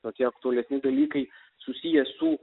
tokie aktualesni dalykai susiję su